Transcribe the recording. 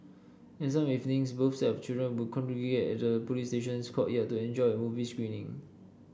and some evenings both sets of children would congregate at the police station's courtyard to enjoy a movie screening